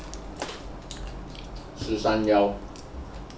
十三 yao